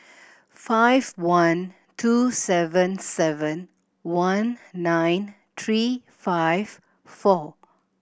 five one two seven seven one nine three five four